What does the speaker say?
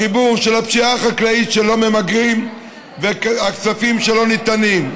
החיבור של הפשיעה החקלאית שלא ממגרים והכספים שלא ניתנים,